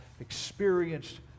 experienced